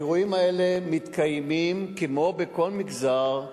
האירועים האלה מתקיימים כמו בכל מגזר,